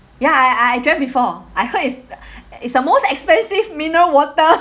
ya I I drank before I heard it's it's the most expensive mineral water